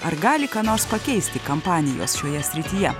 ar gali ką nors pakeisti kampanijos šioje srityje